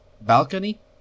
balcony